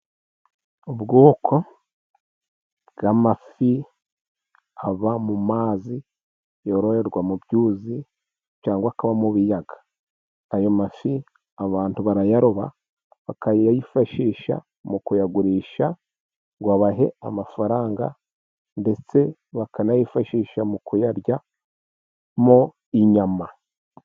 Ubwoko bw'amafi aba mu mazi yororerwa mu byuzi cyangwa akaba mu biyaga. Ayo mafi abantu barayaroba, bakayifashisha mu kuyagurisha ngo abahe amafaranga, ndetse bakanayifashisha mu kuyarya mo inyama.